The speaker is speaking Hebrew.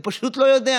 הוא פשוט לא יודע,